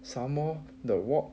some more the wok